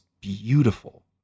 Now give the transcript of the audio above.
beautiful